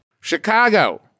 Chicago